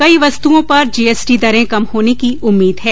कई वस्तुओं पर जीएसटी दरें कम होने की उम्मीद है